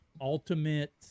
ultimate